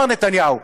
מר נתניהו.